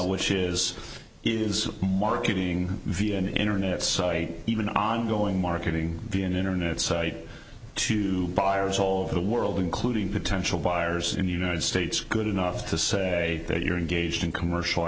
which is is marketing v n internet site even ongoing marketing be an internet site to buyers all over the world including potential buyers in the united states good enough to say that you're engaged in commercial